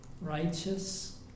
righteous